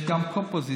יש גם קופוזיציה.